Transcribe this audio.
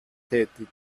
tätig